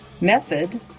method